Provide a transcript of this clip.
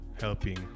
helping